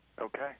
Okay